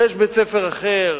ויש בית-ספר אחר